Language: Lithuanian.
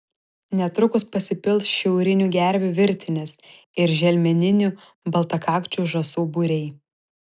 netrukus pasipils šiaurinių gervių virtinės ir želmeninių baltakakčių žąsų būriai